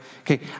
Okay